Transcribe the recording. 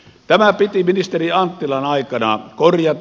tämä piti ministeri anttilan aikana korjata